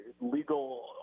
legal